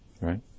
right